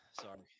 sorry